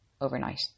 overnight